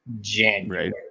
January